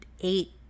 eight